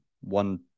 one